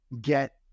get